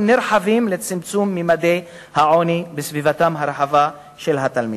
נרחבים לצמצום ממדי העוני בסביבתם הרחבה של התלמידים."